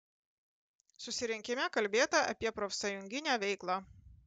susirinkime kalbėta apie profsąjunginę veiklą